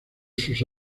sus